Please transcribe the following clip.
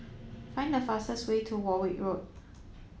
find the fastest way to Warwick Road